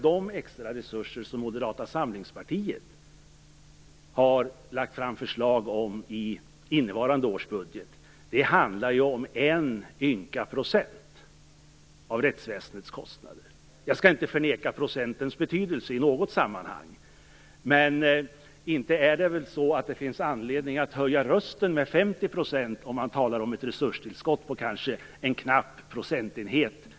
De extra resurser som Moderata samlingspartiet föreslagit i innevarande års budget handlar om en ynka procent av rättsväsendets kostnader. Jag skall inte förneka procentens betydelse i något sammanhang, men inte finns det väl anledning att höja rösten med 50 % om man talar om ett resurstillskott på en knapp procent?